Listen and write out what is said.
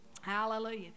Hallelujah